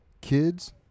kids